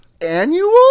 annual